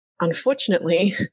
unfortunately